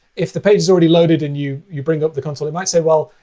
if the page is already loaded, and you you bring up the console, it might say, well,